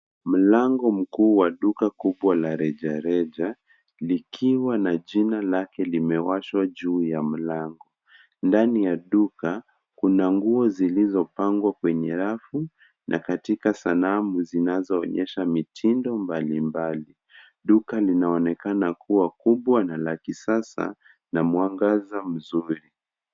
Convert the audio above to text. Mlango mkuu wa duka kubwa la rejareja likiwa ma jina lake limewashwa juu ya mlango. Ndani ya duka kuna nguo zilizopangwa kwenye rafu na katika sanamu zinazoonyesha mitindo mbalimbali. Duka linaonekana kuwa kubwa na la kisasa na mwangaza mzuri.